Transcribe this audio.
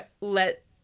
let